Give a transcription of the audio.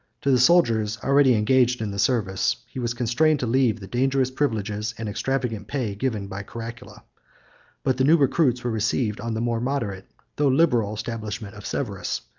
to the soldiers already engaged in the service, he was constrained to leave the dangerous privileges and extravagant pay given by caracalla but the new recruits were received on the more moderate though liberal establishment of severus,